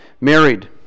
married